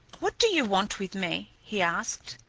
what do you want with me? he asked.